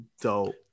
Dope